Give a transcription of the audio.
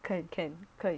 can can 可以